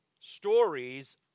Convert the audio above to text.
stories